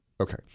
Okay